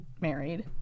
married